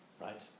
Right